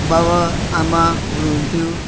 बाबा आमा हुनु हुन्थ्यो